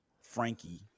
Frankie